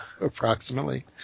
Approximately